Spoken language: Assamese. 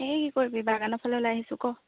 এই কি কৰিবি বাগানৰ ফালে ওলাই আহিছোঁ ক